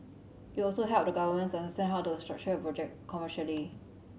it will also help the governments understand how to structure the project commercially